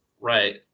right